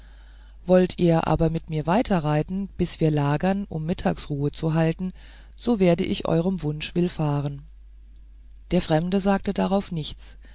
wollt ihr aber mit mir weiterreiten bis wir lagern um mittagsruhe zu halten so werde ich eurem wunsch willfahren der fremde sagte hierauf nichts